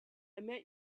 met